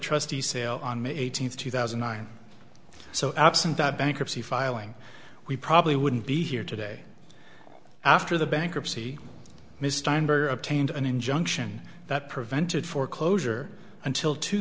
trustee sale on may eighteenth two thousand and nine so absent that bankruptcy filing we probably wouldn't be here today after the bankruptcy mistimed or obtained an injunction that prevented foreclosure until two